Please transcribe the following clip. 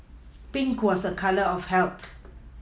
Pink was a colour of health